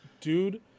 Dude